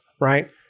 right